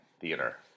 Theater